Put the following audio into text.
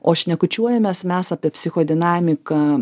o šnekučiuojamės mes apie psichodinamiką